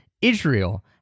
Israel